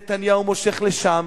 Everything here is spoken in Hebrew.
נתניהו מושך לשם,